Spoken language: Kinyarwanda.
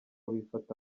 bifata